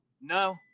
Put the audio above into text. no